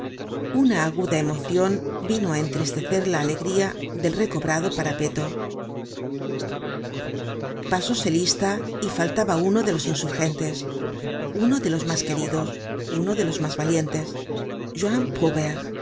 una aguda emocion vino á entristecer la alegría del recobrado parapeto pasóse lista y faltaba uno de los insurgentes uno de los mas queridos uno de los mas valientes